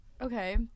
Okay